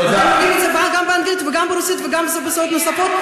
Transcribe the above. אתם הורגים את זה גם באנגלית וגם ברוסית וגם בשפות נוספות.